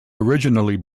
originally